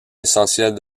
essentiels